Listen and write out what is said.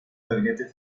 gabinete